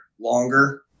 longer